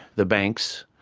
the banks,